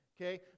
Okay